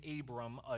Abram